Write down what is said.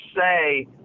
say